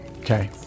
Okay